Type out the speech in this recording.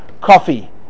coffee